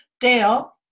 Dale